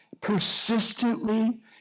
persistently